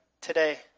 today